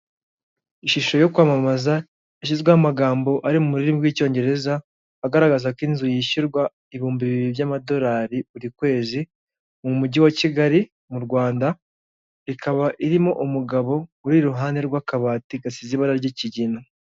Ishusho yo kwamamaza yashyizweho amagambo ari mu rurimi rw'Icyongereza agaragaza ko inzu yishyurwa ibihumbi bibiri by'amadolari buri kwezi mu mujyi wa Kigali mu Rwanda, ikaba irimo umugabo uri iruhande rw'akabati gasize ibara ry'ikigina.